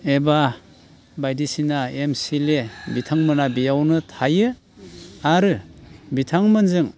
एबा बायदिसिना M C L A बिथांमोना बेयावनो थायो आरो बिथांमोनजों